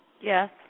Yes